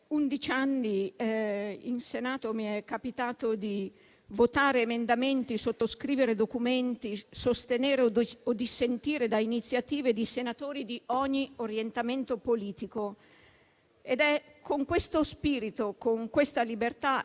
anni in Senato mi è capitato di votare emendamenti, sottoscrivere documenti, sostenere o dissentire da iniziative di senatori di ogni orientamento politico. Ed è con questo spirito e con questa libertà